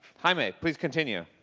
jaime, please continue.